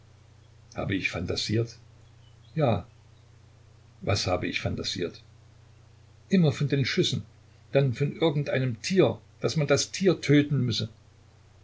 habe ich phantasiert ja was habe ich phantasiert immer von den schüssen dann von irgendeinem tier daß man das tier töten müsse